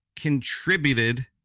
contributed